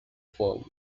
form